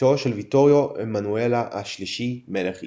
בתו של ויטוריו אמנואלה השלישי, מלך איטליה.